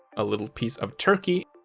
a little piece of turkey,